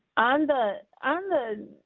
on the on the,